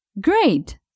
Great